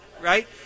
right